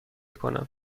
کنم